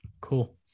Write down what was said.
Cool